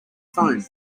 phone